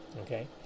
okay